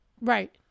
Right